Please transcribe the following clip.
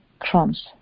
crumbs